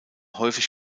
häufig